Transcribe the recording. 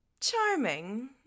charming